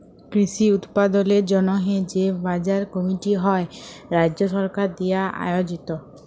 কৃষি উৎপাদলের জন্হে যে বাজার কমিটি হ্যয় রাজ্য সরকার দিয়া আয়জিত